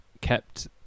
kept